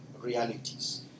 realities